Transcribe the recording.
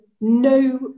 no